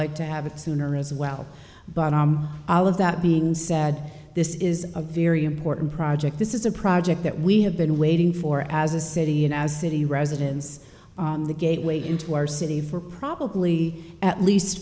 liked to have it sooner as well but all of that being said this is a very important project this is a project that we have been waiting for as a city and as a city residents on the gateway into our city for probably at least